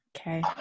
Okay